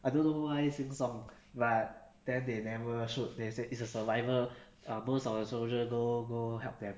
I don't know why sing song but then they never shoot they say it's a survivor uh most of the soldier go go help them